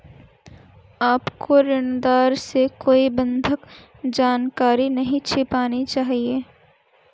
आपको ऋणदाता से कोई बंधक जानकारी नहीं छिपानी चाहिए